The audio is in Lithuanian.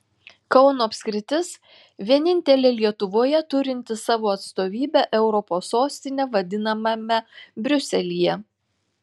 kauno apskritis vienintelė lietuvoje turinti savo atstovybę europos sostine vadinamame briuselyje